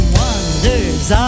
wonders